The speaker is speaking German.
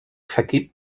vergebt